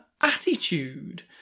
attitude